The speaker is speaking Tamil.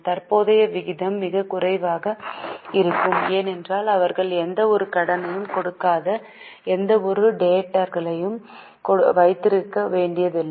தற்போதைய விகிதம் மிகக் குறைவாக இருக்கும் ஏனென்றால் அவர்கள் எந்தவொரு கடனையும் கொடுக்காத எந்தவொரு டேட்டர்களையும் வைத்திருக்க வேண்டியதில்லை